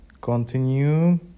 continue